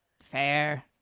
Fair